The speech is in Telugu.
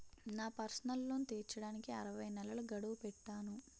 నా పర్సనల్ లోన్ తీర్చడానికి అరవై నెలల గడువు పెట్టాను